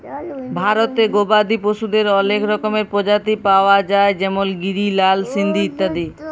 ভারতে গবাদি পশুদের অলেক রকমের প্রজাতি পায়া যায় যেমল গিরি, লাল সিন্ধি ইত্যাদি